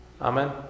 Amen